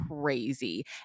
crazy